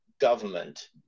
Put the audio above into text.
government